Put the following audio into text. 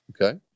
Okay